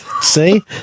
See